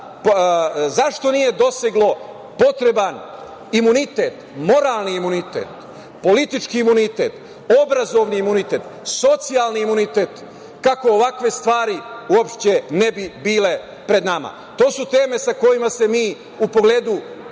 zašto nije doseglo potreban imunitet, moralni imunitet, politički imunitet, obrazovni imunitet, socijalni imunitet kako ovakve stvari uopšte ne bi bile pred nama. To su teme sa kojima se mi u pogledu fenomena